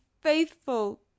faithful